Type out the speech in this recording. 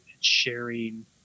sharing